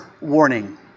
warning